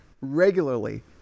regularly